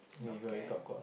okay